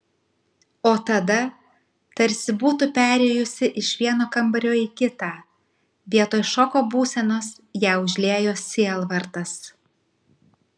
o tada tarsi būtų perėjusi iš vieno kambario į kitą vietoj šoko būsenos ją užliejo sielvartas